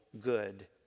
good